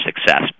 success